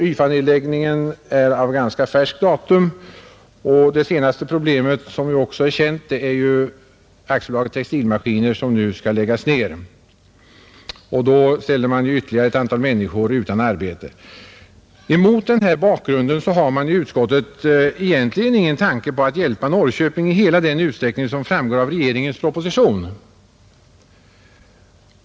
YFA nedläggningen är av ganska färskt datum, Det senaste problemet, som också är känt, kom i slutet av förra veckan då AB Textilmaskiner meddelade att företaget måste läggas ned, och då ställs ytterligare ett antal människor utan arbete. Mot denna bakgrund har man i utskottet egentligen ingen tanke på att hjälpa Norrköping i hela den utsträckning som framgår av regeringens proposition.